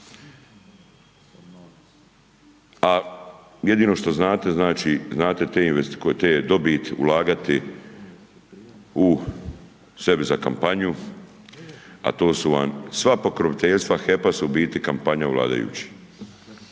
a jedino što znate, znači, znate te dobit, ulagati u sebi za kampanju, a to su vam sva pokroviteljstva HEP-a su u biti kampanja vladajućih,